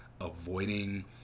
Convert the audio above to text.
avoiding